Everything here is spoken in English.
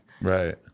Right